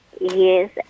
Yes